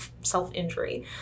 self-injury